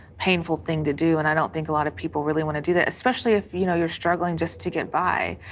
painful thing to do, and i don't think a lot of people really want to do that especially if you know you are struggling just to get by.